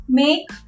make